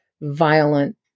violent